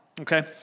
okay